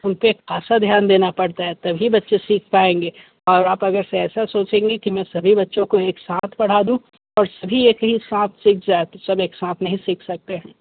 उनपे ख़स ध्यान देना पड़ता है तभी बच्चे सीख पाएँगे और आप अगर ऐसा सोचेंगे कि मैं सभी बच्चों को एक साथ पढ़ा दूँ तो सभी एक ही साथ सीख जाएँ तो सब एक साथ नहीं सीख सकते हैं